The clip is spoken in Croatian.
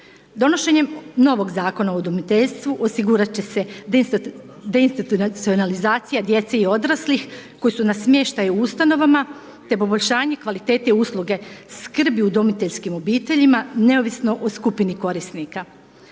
Donošenjem novog zakona o udomiteljstvu osigurat će se deinstitucionalizacija djece i odraslih koji su na smještaju u ustanovama te poboljšanje kvalitete usluge skrbi u udomiteljskim obiteljima neovisno o skupini korisnika.